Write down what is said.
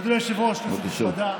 אדוני היושב-ראש, כנסת נכבדה,